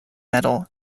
metal